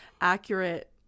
accurate